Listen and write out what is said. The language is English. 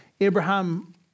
Abraham